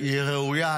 היא ראויה.